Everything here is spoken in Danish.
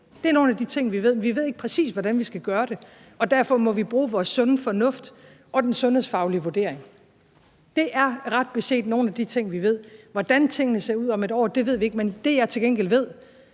Det er nogle af de ting, vi ved, men vi ved ikke, præcis hvordan vi skal gøre det. Derfor må vi bruge vores sunde fornuft og den sundhedsfaglige vurdering. Det er ret beset nogle af de ting, vi ved. Hvordan tingene ser ud om 1 år, ved vi ikke, men det, jeg til gengæld ved,